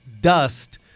dust